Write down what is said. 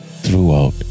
throughout